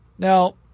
Now